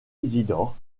isidore